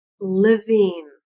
living